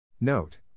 Note